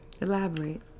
Elaborate